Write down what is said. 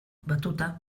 batuta